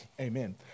amen